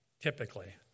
typically